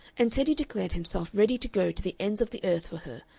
and teddy declared himself ready to go to the ends of the earth for her,